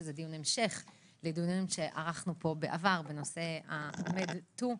שזה דיון המשך לדיון לדיוננו שערכנו פה בעבר בנושא ה-Med too,